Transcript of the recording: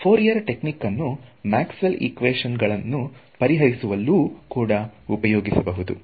Fourier technique ಅನ್ನು Maxwell equations ಗಳನ್ನು ಪರಿಹರಿಸುವಲ್ಲೂ ಕೂಡ ಉಪಯೋಗಿಸಬಹುದು